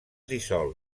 dissol